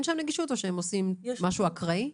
שם נגישות או שהם עושים משהו אקראי?